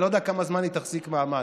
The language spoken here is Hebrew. אני לא יודע כמה זמן היא תחזיק מעמד,